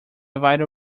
vital